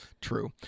true